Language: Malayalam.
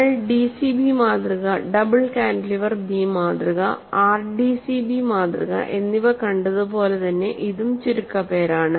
നമ്മൾ ഡിസിബി മാതൃക ഡബിൾ കാന്റിലിവർ ബീം മാതൃക ആർഡിസിബി മാതൃക എന്നിവ കണ്ടതുപോലെ തന്നെ ഇതും ചുരുക്കപ്പേരാണ്